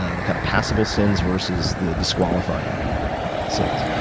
the kind of passable sins versus the disqualifying sins?